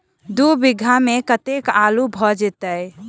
दु बीघा मे कतेक आलु भऽ जेतय?